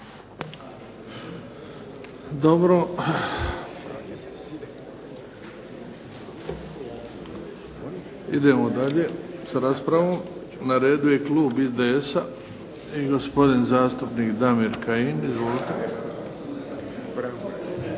Dobro. Idemo dalje sa raspravom. Na redu je klub IDS-a i gospodin zastupnik Damir Kajin. Izvolite.